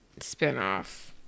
spinoff